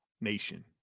Nation